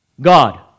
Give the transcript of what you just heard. God